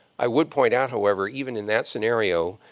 i would point out, however, even in that scenario,